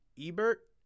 Ebert